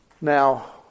Now